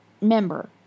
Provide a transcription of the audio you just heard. member